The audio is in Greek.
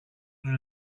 τους